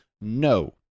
no